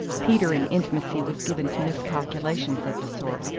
peter in intimacy was given to miscalculations of the sort,